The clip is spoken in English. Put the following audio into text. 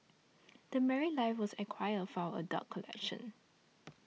The Married Life was acquired for our adult collection